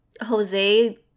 Jose